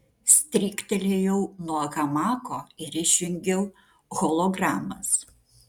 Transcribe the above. stryktelėjau nuo hamako ir išjungiau hologramas